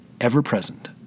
ever-present